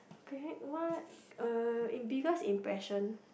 create what uh in biggest impression